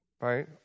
right